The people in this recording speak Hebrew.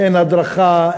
אין הדרכה,